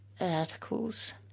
articles